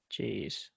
Jeez